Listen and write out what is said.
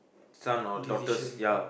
son or daughter's ya